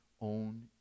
own